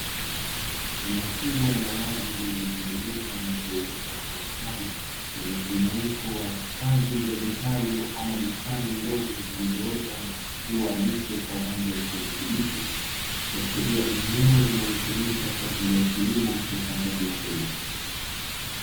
Eneo kubwa la wazi lililotengenezwa na kuezekwa kwa ustadi, lenye mjumuiko wa hifadhi ya vitalu ama bustani ndogo, zilizoota na kuchipua miche kwa rangi ya kijani kibichi. Likiashiria ni eneo linalotumika kwa ajili ya kilimo cha upandaji wa mbegu.